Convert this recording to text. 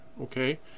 okay